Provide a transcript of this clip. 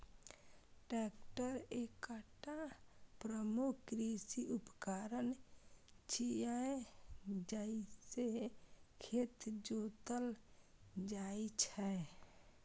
tractor एकटा प्रमुख कृषि उपकरण छियै, जइसे खेत जोतल जाइ छै